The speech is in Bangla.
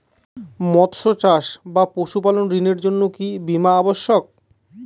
মৎস্য চাষ বা পশুপালন ঋণের জন্য কি বীমা অবশ্যক?